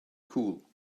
cool